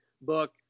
Book